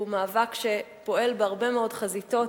שהוא מאבק שפועל בהרבה מאוד חזיתות,